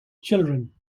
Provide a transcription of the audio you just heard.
children